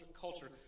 culture